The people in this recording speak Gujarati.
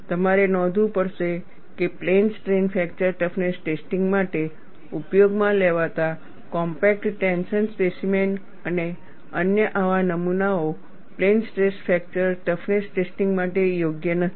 તમારે નોંધવું પડશે કે plane strain fracture toughness testing માટે ઉપયોગમાં લેવાતા કોમ્પેક્ટ ટેન્શન સ્પેસિમેન અને અન્ય આવા નમુનાઓ plane stress fracture toughness testing માટે યોગ્ય નથી